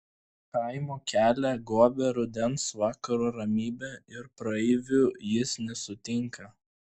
kaimo kelią gobia rudens vakaro ramybė ir praeivių jis nesutinka